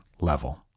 level